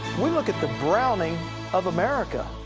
we look at the browning of america.